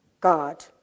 God